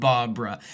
Barbara